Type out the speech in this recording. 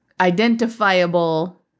identifiable